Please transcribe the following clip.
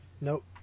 nope